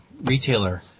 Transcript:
retailer